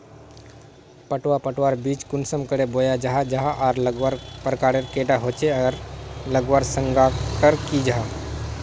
पटवा पटवार बीज कुंसम करे बोया जाहा जाहा आर लगवार प्रकारेर कैडा होचे आर लगवार संगकर की जाहा?